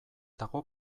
dago